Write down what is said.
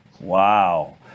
Wow